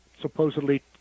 supposedly